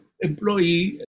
employee